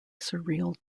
surreal